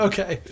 Okay